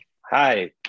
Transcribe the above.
Hi